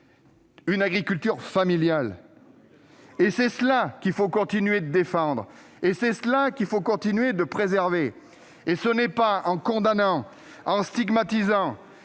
une agriculture familiale. C'est cela qu'il faut continuer de défendre, c'est cela qu'il faut continuer de préserver. Or ce n'est pas en condamnant cette